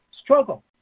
struggle